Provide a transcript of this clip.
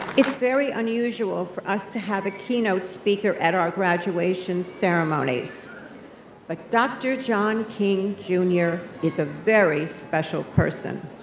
it's very unusual for us to have a keynote speaker at our graduation ceremonies, but dr. john king junior is a very special person.